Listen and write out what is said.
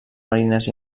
marines